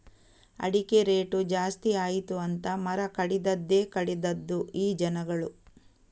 ಅಡಿಕೆ ರೇಟು ಜಾಸ್ತಿ ಆಯಿತು ಅಂತ ಮರ ಕಡಿದದ್ದೇ ಕಡಿದದ್ದು ಈ ಜನಗಳು